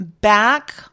back